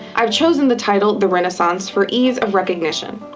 i've chosen the title the renaissance for ease of recognition.